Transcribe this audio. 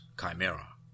Chimera